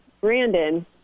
Brandon